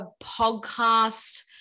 podcast